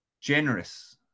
generous